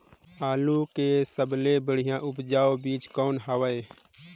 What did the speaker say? आलू के सबले बढ़िया उपजाऊ बीजा कौन हवय?